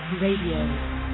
Radio